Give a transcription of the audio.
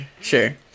sure